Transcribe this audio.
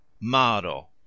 maro